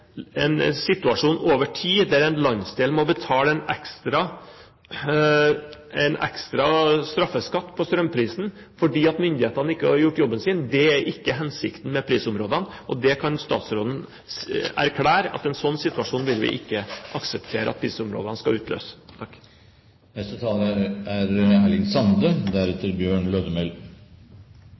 en situasjon over tid der en landsdel må betale en ekstra straffeskatt på strømprisen fordi myndighetene ikke har gjort jobben sin, ikke er hensikten med prisområdene. Statsråden kan erklære at en slik situasjon vil vi ikke akseptere at disse områdene skal utløse.